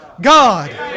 God